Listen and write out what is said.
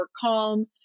calm